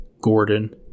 Gordon